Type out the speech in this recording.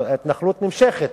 ההתנחלות נמשכת,